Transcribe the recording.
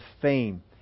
fame